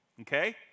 Okay